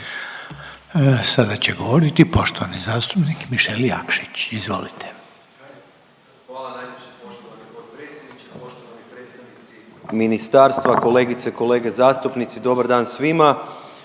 Sada će govoriti poštovani zastupnik Mišel Jakšić. Izvolite.